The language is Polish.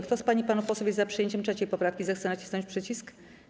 Kto z pań i panów posłów jest za przyjęciem 3. poprawki, zechce nacisnąć przycisk.